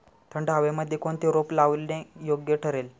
थंड हवेमध्ये कोणते रोप लावणे योग्य ठरेल?